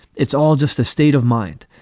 it's all just a state of mind.